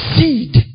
seed